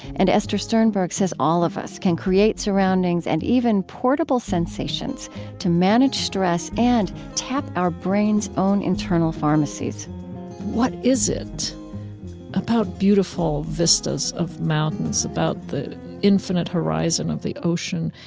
and esther sternberg says all of us can create surroundings and even portable sensations to manage stress and tap our brain's own internal pharmacies what is it about beautiful vistas of mountains, about the infinite horizon of the ocean,